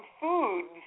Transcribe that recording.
foods